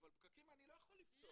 אבל פקקים אני לא יכול לפתור.